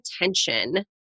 attention